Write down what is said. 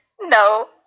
no